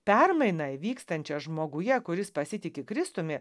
permainą vykstančią žmoguje kuris pasitiki kristumi